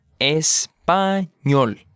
Español